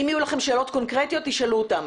אם יהיו לכם שאלות קונקרטיות, תשאלו אותן.